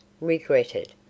regretted